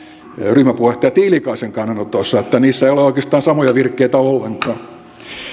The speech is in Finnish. ryhmäpuheenjohtaja tiilikaisen kannanotoista niin että niissä ei ole oikeastaan samoja virkkeitä ollenkaan